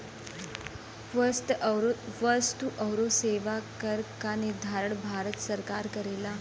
वस्तु आउर सेवा कर क निर्धारण भारत सरकार करेला